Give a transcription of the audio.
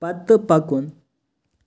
پتہٕ پکُن